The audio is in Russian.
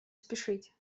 спешить